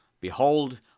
Behold